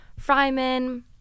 Fryman